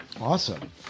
Awesome